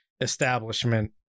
establishment